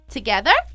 Together